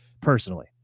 personally